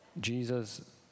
Jesus